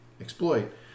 exploit